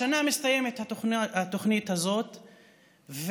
השנה מסתיימת התוכנית הזאת,